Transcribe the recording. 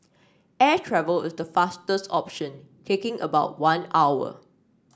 air travel is the fastest option taking about one hour